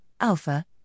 alpha